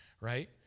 right